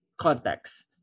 context